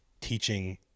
teaching